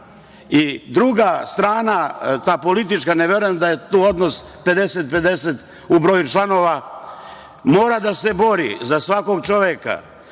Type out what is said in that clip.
parama? Druga strana, ta politička, ne verujem tu odnos 50:50 u broju članova, mora da se bori za svakog čoveka,